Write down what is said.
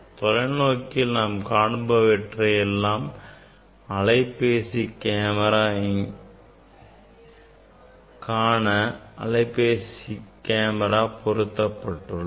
தொலைநோக்கியில் நாம் காண்பனவற்றை எல்லாம் காண அலைபேசி கேமரா இங்கே பொருத்தப்பட்டுள்ளது